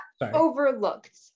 overlooked